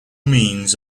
means